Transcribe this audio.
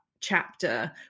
chapter